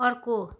अर्को